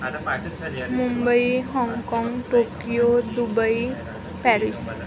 मुंबई हाँगकाँग Tokyo Dubai Paris